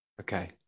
Okay